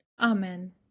Amen